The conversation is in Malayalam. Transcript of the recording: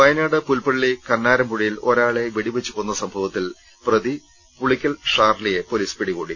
വയനാട് പുൽപ്പള്ളി കന്നാരംപുഴയിൽ ഒരാളെ വെടിവെച്ചു കൊന്ന സംഭവത്തിൽ പ്രതി പുളിക്കൽ ഷാർളിയെ പൊലീസ് പിടികൂടി